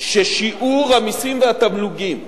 ששיעור המסים והתמלוגים,